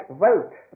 wealth